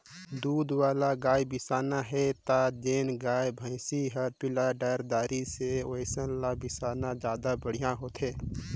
दूद वाला गाय बिसाना हे त जेन गाय, भइसी हर पिला डायर दारी से ओइसन ल बेसाना जादा बड़िहा होथे